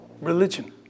religion